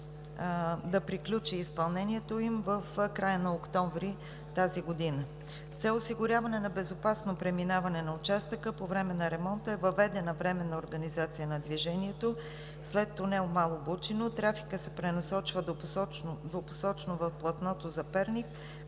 да приключи в края на октомври тази година. С цел осигуряване на безопасно преминаване на участъка по време на ремонта е въведена временна организация на движението след тунел „Мало Бучино“. Трафикът се пренасочва двупосочно в платното за Перник,